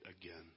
again